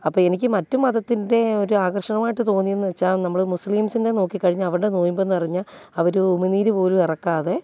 അപ്പോൾ എനിക്ക് മറ്റ് മതത്തിൻ്റെ ഒരു ആകർഷണമായിട്ട് തോന്നിയെന്ന് വച്ചാൽ നമ്മൾ മുസ്ലിമ്സിൻ്റെ നോക്കി കഴിഞ്ഞാൽ അവരുടെ നൊയിമ്പെന്ന് പറഞ്ഞാൽ അവർ ഉമിനീർ പോലും ഇറക്കാതെ